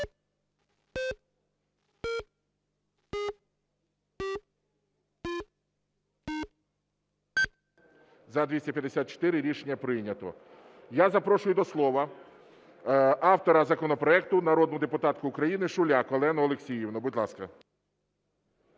За-254 Рішення прийнято. Я запрошую до слова автора законопроекту, народну депутатку України Шуляк Олену Олексіївну. Будь ласка.